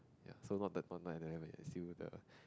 so what the not like I never assume the